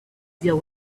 deal